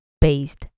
based